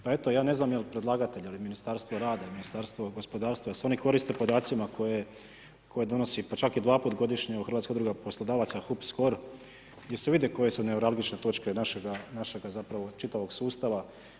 Pa evo, ja ne znam jel' predlagatelj jel' Ministarstvo rada, Ministarstvo gospodarstva jel' se oni koriste podacima koje donosi pa čak i dva puta godišnje Hrvatska udruga poslodavaca, HUP Skor gdje se vide koje su neuralgične točke našega zapravo čitavog sustava.